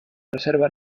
reserva